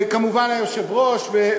כמובן היושב-ראש,